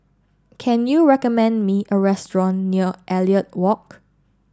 can you recommend me a restaurant near Elliot Walk